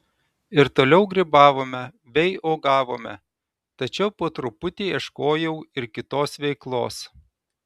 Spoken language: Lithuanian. ir toliau grybavome bei uogavome tačiau po truputį ieškojau ir kitos veiklos